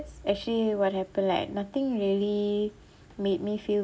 actually what happened like nothing really made me feel